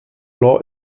law